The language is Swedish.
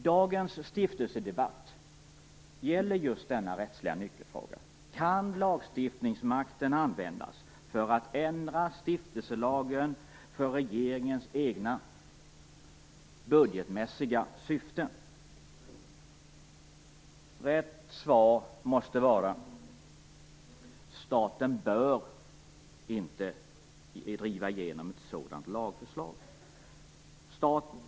Dagens stiftelsedebatt gäller just denna rättsliga nyckelfråga: Kan lagstiftningsmakten användas för att ändra stiftelselagen för regeringens egna budgetmässiga syften? Rätt svar måste vara: Staten bör inte driva igenom ett sådant lagförslag.